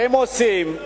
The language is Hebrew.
אם לא השתכנעת,